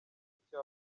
mushya